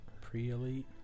Pre-elite